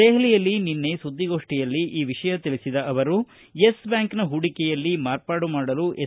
ದೆಹಲಿಯಲ್ಲಿ ನಿನ್ನೆ ಸುದ್ವಿಗೋಷ್ಠಿಯಲ್ಲಿ ಈ ವಿಷಯ ತಿಳಿಬದ ಅವರು ಯೆಸ್ ಬ್ವಾಂಕ್ನ ಹೂಡಿಕೆಯಲ್ಲಿ ಮಾರ್ಪಾಡು ಮಾಡಲು ಎಸ್